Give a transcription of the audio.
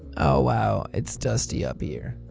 oh wow it's dusty up here.